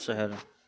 शहर